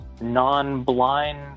non-blind